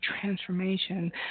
transformation